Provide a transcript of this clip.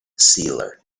sealer